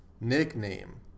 nickname